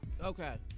Okay